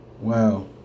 Wow